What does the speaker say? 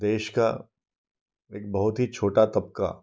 देश का एक बहुत ही छोटा तबका